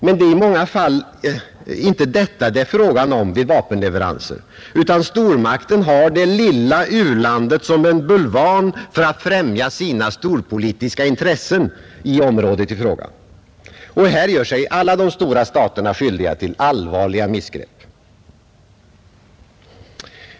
Men det är i många fall inte detta det är frågan om vid vapenleveranser, utan stormakten har det lilla u-landet som en bulvan för att främja sina storpolitiska intressen i området i fråga. Här gör sig alla de stora staterna skyldiga till allvarliga missgrepp.